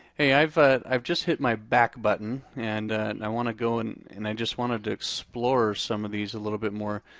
hey i've ah i've just hit my back button and i want to go and and i just wanted to explore some of these a little bit more.